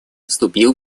вступил